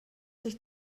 sich